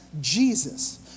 Jesus